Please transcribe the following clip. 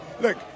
Look